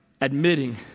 admitting